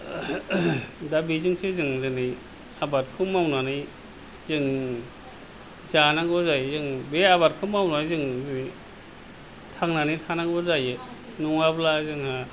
दा बेजोंसो जोङो दिनै आबादखौ मावनानै जों जानांगौ जाहैयो जों बे आबादखौ मावनानै जों बे थांनानै थानांगौ जायो नङाब्ला जोंहा